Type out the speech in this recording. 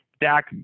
Dak